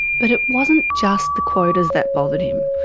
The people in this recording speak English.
but it wasn't just the quotas that bothered him.